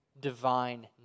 divine